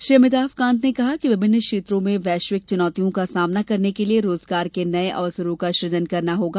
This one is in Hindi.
श्री अमिताभ कांत ने कहा कि विभिन्न क्षेत्रों में वैश्विक चुनौतियों का सामना करने के लिए रोजगार के नये अवसरों का सुजन करना होगा